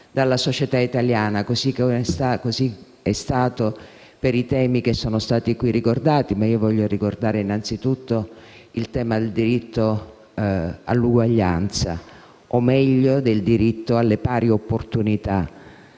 dalla società italiana. Così è stato per i temi che sono stati qui ricordati, ma io voglio ricordare innanzitutto il tema del diritto all'uguaglianza, o meglio del diritto alle pari opportunità